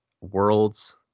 worlds